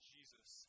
Jesus